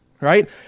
right